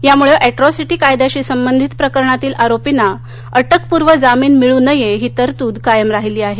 त्याम्ळे या ऍट्रॉसिटी कायद्याशी संबंधित प्रकरणातील आरोपींना अटकपूर्व जामीन मिळू नये ही तरतूद कायम राहिली आहे